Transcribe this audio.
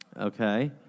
Okay